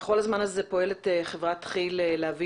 וכל הזמן הזה פועלת חברת כי"ל להביא